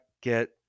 get